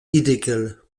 illégal